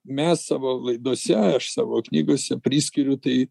mes savo laidose aš savo knygose priskiriu tai